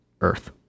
earth